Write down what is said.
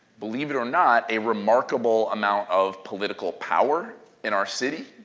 believe it or not, a remarkable amount of political power in our city.